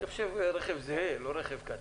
אני חושב רכב זהה, לא רכב קטן.